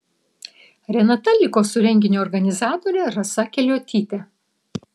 renata liko su renginio organizatore rasa keliuotyte